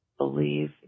Believe